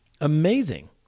amazing